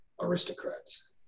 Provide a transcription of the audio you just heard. aristocrats